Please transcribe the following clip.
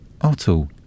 Otto